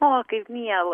o kaip miela